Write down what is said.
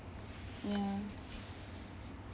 ya